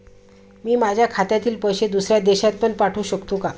मी माझ्या खात्यातील पैसे दुसऱ्या देशात पण पाठवू शकतो का?